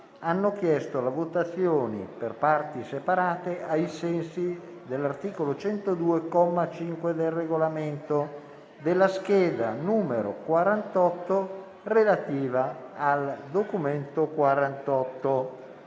hanno chiesto la votazione per parti separate, ai sensi dell'articolo 102, comma 5, del Regolamento, della scheda n. 48 relativa al Documento